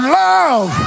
love